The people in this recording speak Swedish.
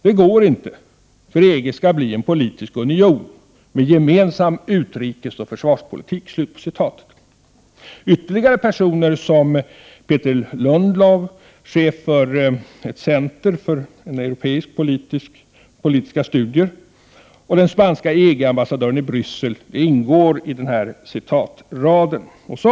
Det går inte, för EG ska bli en politisk union med gemensam utrikesoch försvarspolitik.” Uttalanden av ytterligare några personer — t.ex. Peter Ludlow, chef för Centre for European Policy Studies och den spanske EG-ambassadören i Bryssel — ingår i denna rad av citat.